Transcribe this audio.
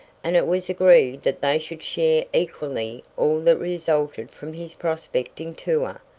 and it was agreed that they should share equally all that resulted from his prospecting tour.